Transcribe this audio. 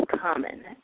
common